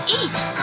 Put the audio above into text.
eat